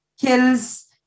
kills